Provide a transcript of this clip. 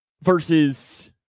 versus